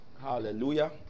Hallelujah